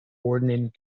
ordinating